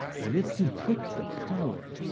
that if you put the power